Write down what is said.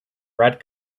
red